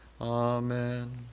Amen